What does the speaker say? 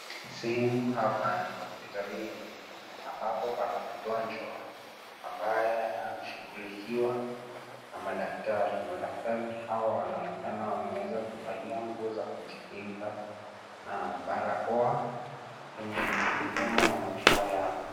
Sehemu hapa ni hospitalini ambapo pana mgonjwa ambaye anashughulikiwa na madaktari. Madaktari hawa wanaonekana wameweza kuvalia nguo za kujikinga na barakoa kwenye midomo na mapua yao.